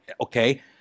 Okay